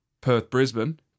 Perth-Brisbane